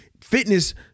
fitness